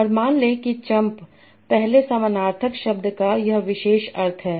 और मान लें कि चंप पहले समानार्थक शब्द का यह विशेष अर्थ है